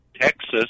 Texas